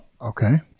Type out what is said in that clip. Okay